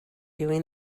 doing